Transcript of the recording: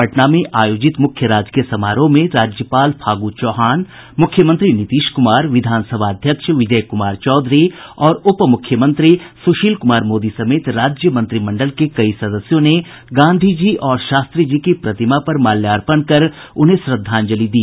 पटना में आयोजित मुख्य राजकीय समारोह में राज्यपाल फागू चौहान मुख्यमंत्री नीतीश क्मार विधानसभा अध्यक्ष विजय कुमार चौधरी और उप मुख्यमंत्री सुशील कुमार मोदी समेत राज्य मंत्रिमंडल के कई सदस्यों ने गांधी जी और शास्त्री जी की प्रतिमा पर माल्यार्पण कर उन्हें श्रद्धांजलि दी